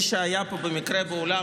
מי שהיה פה במקרה באולם,